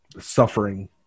suffering